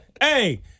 Hey